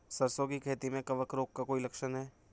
सरसों की खेती में कवक रोग का कोई लक्षण है?